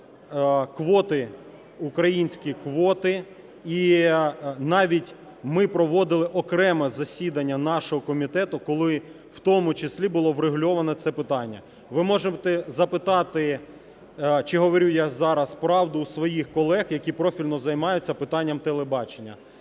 квоти, українські квоти. І навіть ми проводили окремо засідання нашого комітету, коли в тому числі було врегульовано це питання. Ви можете запитати, чи говорю я зараз правду, в своїх колег, які профільно займаються питанням телебачення.